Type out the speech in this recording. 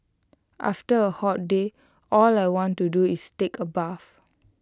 after A hot day all I want to do is take A bath